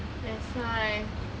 that's why